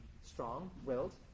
strong-willed